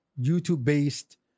YouTube-based